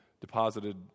deposited